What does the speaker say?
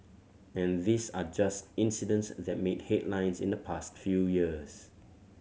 and these are just incidents that made headlines in the past few years